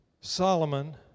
Solomon